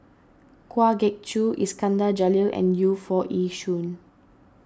Kwa Geok Choo Iskandar Jalil and Yu Foo Yee Shoon